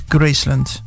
Graceland